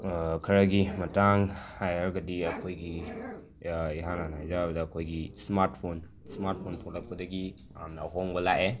ꯈꯔꯒꯤ ꯃꯇꯥꯡꯗ ꯍꯥꯏꯔꯒꯗꯤ ꯑꯩꯈꯣꯏꯒꯤ ꯏꯍꯥꯟ ꯍꯥꯟꯅ ꯍꯥꯏꯖꯔꯕꯗ ꯑꯩꯈꯣꯏꯒꯤ ꯁ꯭ꯃꯥꯠꯐꯣꯟ ꯁ꯭ꯃꯥꯠꯐꯣꯟ ꯊꯣꯛꯂꯛꯄꯗꯒꯤ ꯌꯥꯝꯅ ꯑꯍꯣꯡꯕ ꯂꯥꯛꯑꯦ